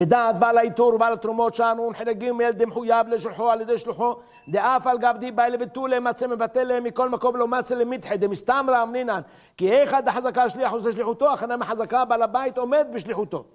ודעת בעל העיטור ובעל התרומות שער נ׳ חלק ג׳ דמחוייב לשולחו על ידי שלוחו דאף על גב דאי בעי לבטולי מצי מבטל ליה, מכל מקום לא מצי למידחי דמסתמא אמרינן כי היכא דחזקה שליח עושה שליחותו הכא נמי חזקה בעל הבית עומד בשליחותו